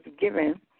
given